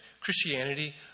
Christianity